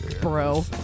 bro